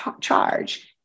charge